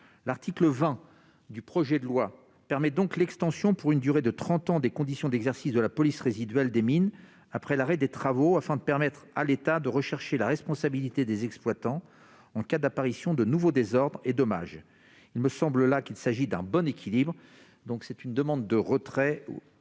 L'article 20 du présent projet de loi permet donc l'extension, pour une durée de trente ans, des conditions d'exercice de la police résiduelle des mines après l'arrêt des travaux, afin de permettre à l'État de rechercher la responsabilité des exploitants en cas d'apparition de nouveaux désordres ou dommages. J'estime qu'il s'agit d'un bon équilibre. Je demande donc le retrait